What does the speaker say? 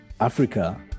Africa